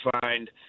find